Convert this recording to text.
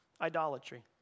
idolatry